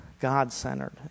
God-centered